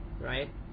right